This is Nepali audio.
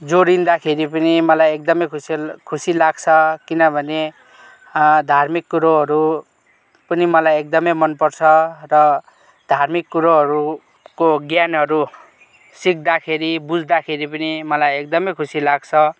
जोडिँदाखेरि पनि मलाई एकदमै खुसी ला खुसी लाग्छ किनभने धार्मिक कुरोहरू पनि मलाई एकदमै मन पर्छ र धार्मिक कुरोहरूको ज्ञानहरू सिक्दाखेरि बुझ्दाखेरि पनि मलाई एकदमै खुसी लाग्छ